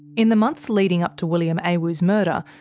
in the months leading up to william awu's murder,